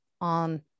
on